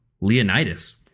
Leonidas